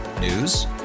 News